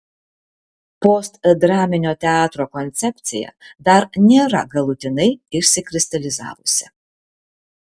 postdraminio teatro koncepcija dar nėra galutinai išsikristalizavusi